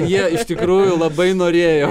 jie iš tikrųjų labai norėjo